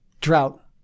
drought